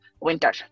winter